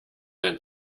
ein